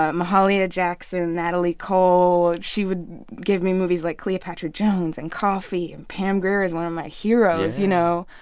ah mahalia jackson, natalie cole. she would give me movies like cleopatra jones and coffy. and pam grier is one of my heroes, you know?